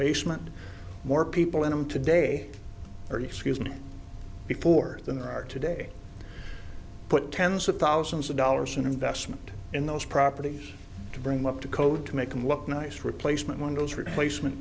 basement more people in them today or excuse me before than there are today put tens of thousands of dollars in investment in those properties to bring up to code to make them look nice replacement windows replacement